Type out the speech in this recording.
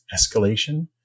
escalation